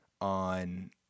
on